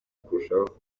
kurushaho